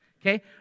okay